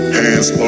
hands